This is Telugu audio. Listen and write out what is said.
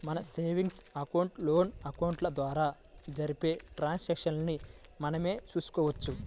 మన సేవింగ్స్ అకౌంట్, లోన్ అకౌంట్ల ద్వారా జరిపే ట్రాన్సాక్షన్స్ ని మనమే చూడొచ్చు